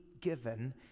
given